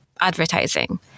advertising